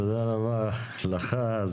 תודה רבה לך.